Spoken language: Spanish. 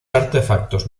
artefactos